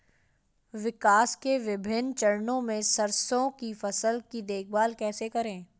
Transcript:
विकास के विभिन्न चरणों में सरसों की फसल की देखभाल कैसे करें?